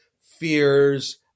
fears